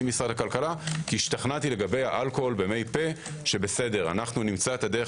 משרד הכלכלה כי השתכנעתי לגבי האלכוהול ומי פה שנמצא את הדרך